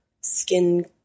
skin